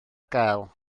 gael